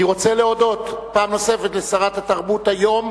אני רוצה להודות פעם נוספת לשרת התרבות היום,